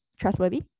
trustworthy